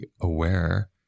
aware